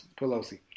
Pelosi